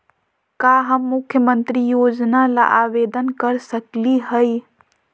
का हम मुख्यमंत्री योजना ला आवेदन कर सकली हई?